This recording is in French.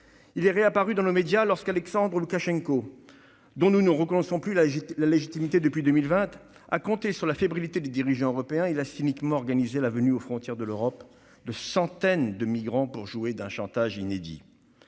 Il est réapparu dans nos médias lorsqu'Alexandre Loukachenko, dont nous ne reconnaissons plus la légitimité depuis 2020, a parié sur la fébrilité des dirigeants européens. Il a cyniquement organisé la venue aux frontières de l'Europe de centaines de migrants pour jouer d'un chantage inédit.